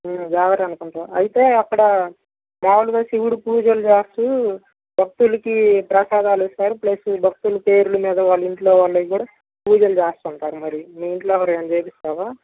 ఉ జాగారానికి ఉంటావా అయితే అక్కడ మామూలుగా శివుడి పూజలు చేస్తూ భక్తులకి ప్రసాదాలు ఇస్తారు ప్లస్ భక్తుల పేర్లు మీద వాళ్ళ ఇంట్లో వాళ్ళవి కూడా పూజలు చేస్తుంటారు మరి మీ ఇంట్లో ఎవరివైనా చేపిస్తావా